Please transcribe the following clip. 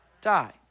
die